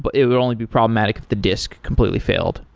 but it would only be problematic if the disk completely failed.